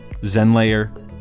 Zenlayer